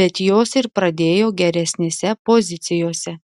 bet jos ir pradėjo geresnėse pozicijose